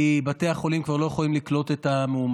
כי בתי החולים כבר לא יכולים לקלוט את המאומתים.